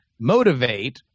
Motivate